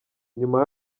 nyuma